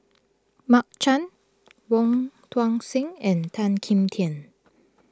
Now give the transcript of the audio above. Mark Chan Wong Tuang Seng and Tan Kim Tian